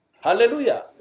Hallelujah